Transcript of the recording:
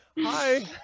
hi